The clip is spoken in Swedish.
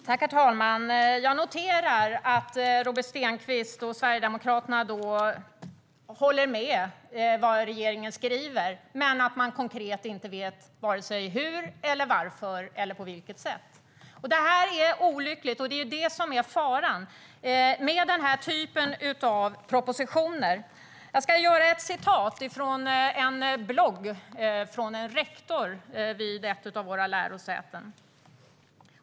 Herr talman! Jag noterar att Robert Stenkvist och Sverigedemokraterna håller med om det som regeringen skriver, men att man konkret inte vet vare sig hur, varför eller på vilket sätt. Det är olyckligt. Det är det som är faran med den här typen av propositioner. Jag ska läsa ur en blogg från en rektor vid ett av våra lärosäten.